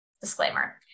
Disclaimer